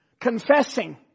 confessing